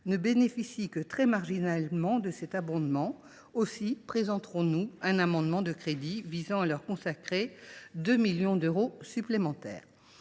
ne bénéficient que très marginalement de cet abondement. Aussi présenterons nous un amendement de crédits visant à leur consacrer 2 millions d’euros supplémentaires.